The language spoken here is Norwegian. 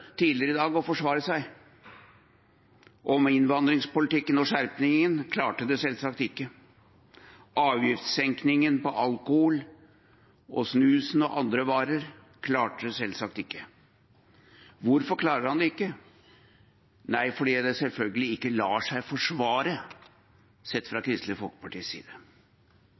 tidligere i dag å forsvare seg når det gjelder innvandringspolitikken og skjerpningen, men klarte det selvsagt ikke, og når det gjelder avgiftssenkningen på alkohol og snus og andre varer, men klarte det selvsagt ikke. Hvorfor klarte han det ikke? Nei, det er fordi det selvfølgelig ikke lar seg forsvare, sett fra Kristelig Folkepartis